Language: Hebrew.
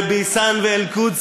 וביסאן ואל-קודס".